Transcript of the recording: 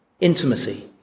intimacy